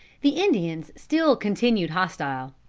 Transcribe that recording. the indians still continued hostile.